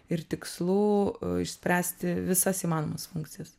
ir tikslų išspręsti visas įmanomas funkcijas